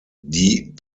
die